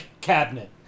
cabinet